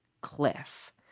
cliff